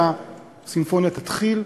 שהסימפוניה תתחיל,